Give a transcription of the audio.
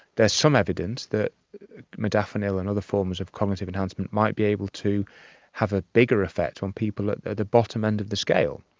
there is some evidence that modafinil and other forms of cognitive enhancement might be able to have a bigger effect on people at the bottom end of the scale.